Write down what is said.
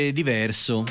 diverso